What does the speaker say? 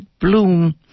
bloom